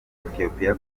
ethiopia